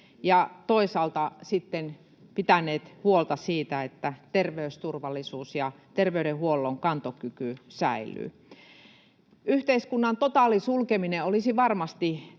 ja toisaalta pitäneet huolta siitä, että terveysturvallisuus ja terveydenhuollon kantokyky säilyvät. Yhteiskunnan totaalisulkeminen olisi varmasti